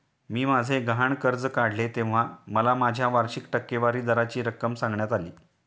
मी माझे गहाण कर्ज काढले तेव्हा मला माझ्या वार्षिक टक्केवारी दराची रक्कम सांगण्यात आली